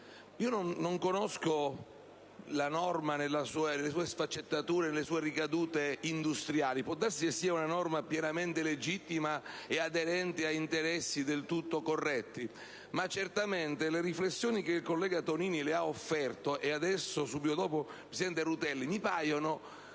Non conosco la norma nelle sue sfaccettature e nelle sue ricadute industriali, e può darsi che sia pienamente legittima e aderente ad interessi del tutto corretti, ma certamente le riflessioni che il collega Tonini, e subito dopo il presidente Rutelli, le hanno